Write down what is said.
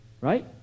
Right